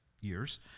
years